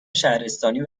شهرستانی